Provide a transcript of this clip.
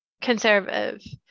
conservative